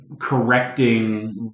correcting